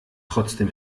trotzdem